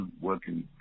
working